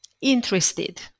interested